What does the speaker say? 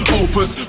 opus